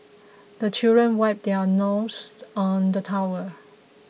the children wipe their noses on the towel